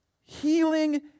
Healing